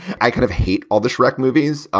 i kind of hate all the shrek movies